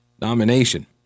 nomination